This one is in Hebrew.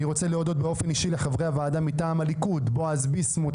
אני רוצה להודות אישית לחברי הוועדה מטעם הליכוד בועז ביסמוט,